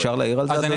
אפשר להעיר על זה אדוני?